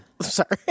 Sorry